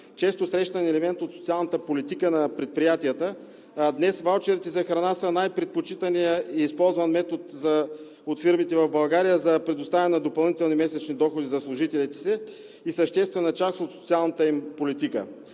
често срещан елемент от социалната политика на предприятията. Днес ваучерите за храна са най-предпочитаният и използван метод от фирмите в България за предоставяне на допълнителни месечни доходи за служителите си и съществена част от социалната им политика.